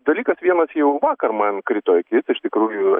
dalykas vienas jau vakar man krito į akis iš tikrųjų